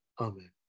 amen